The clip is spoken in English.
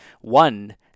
One